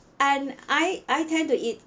and I I tend to eat